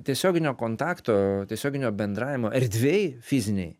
tiesioginio kontakto tiesioginio bendravimo erdvėj fizinėj